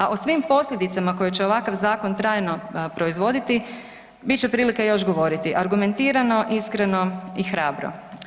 A o svim posljedicama koje će ovakav zakon trajno proizvoditi, bit će prilike još govoriti, argumentirano, iskreno i hrabro.